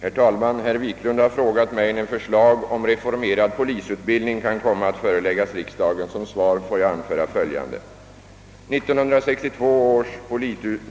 Herr talman! Herr Wiklund har frågat mig, när förslag om reformerad polisutbildning kan komma att föreläggas riksdagen. Som svar får jag anföra följande. 1962 års